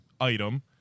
item